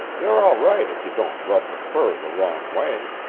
they're all right if you don't rub the fur the wrong way.